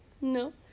No